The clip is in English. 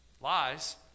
Lies